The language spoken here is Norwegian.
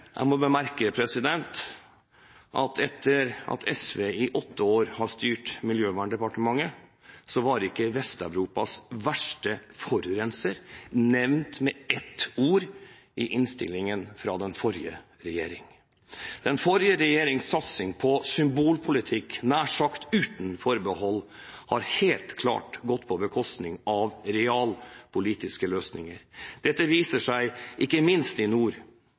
Jeg må bemerke at etter at SV i åtte år har styrt Miljøverndepartementet, var ikke Vest-Europas verste forurenser nevnt med et ord i innstillingen fra den forrige regjeringen. Den forrige regjerings satsing på symbolpolitikk – nær sagt uten forbehold – har helt klart gått på bekostning av realpolitiske løsninger. Dette viser seg ikke minst i nord